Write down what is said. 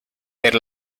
per